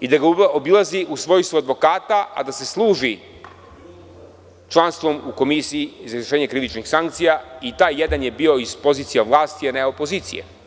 i da ga obilazi u svojstvu advokata, a da se služi članstvom u Komisiji za izvršenje krivičnih sankcija, a taj jedan je bio iz pozicije vlasti, a ne opozicije.